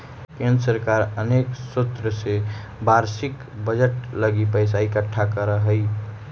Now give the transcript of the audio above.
केंद्र सरकार अनेक स्रोत से वार्षिक बजट लगी पैसा इकट्ठा करऽ हई